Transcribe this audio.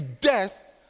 death